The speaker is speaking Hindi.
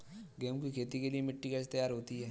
गेहूँ की खेती के लिए मिट्टी कैसे तैयार होती है?